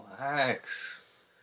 relax